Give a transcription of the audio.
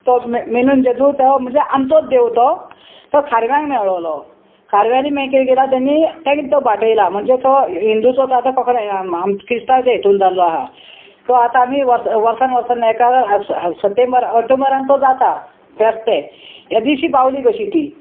तो मिनीन जेजू तो म्हणजे आमचोच देव तो तो खारव्यांक मेयळोलो खारव्यांनी मागीर कितें केला तेणी तेंगे तो बाटयला म्हणजे तो हिंदूचो तो आतां कोंकणे हें क्रिस्तांवच्या हितून जाल्लो आहा तो आतां आमी वर्स वर्सान वर्सान हेका से सेप्टेंबर ऑक्टोबरान तो जाता फेस्त तें एदीशी बावली कशी ती